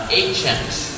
agents